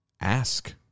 Ask